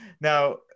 Now